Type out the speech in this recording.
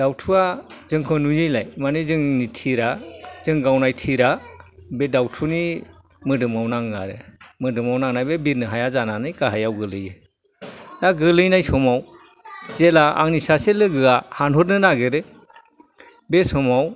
दावथुआ जोंखौ नुयिलाय मानि जोंनि थिरा जों गावनाय थिरा बे दावथुनि मोदोमआव नाङो आरो मोदोमआव नांनानै बे बिरनो हाया जानानै गाहायाव गोग्लैयो दा गोलैनाय समाव जेला आंनि सासे लोगोआ हानहरनो नागिरो बे समाव